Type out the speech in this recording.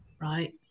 right